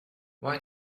why